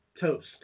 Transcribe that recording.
Toast